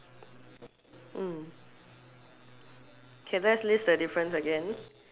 mm okay let's list the difference again